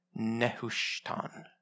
Nehushtan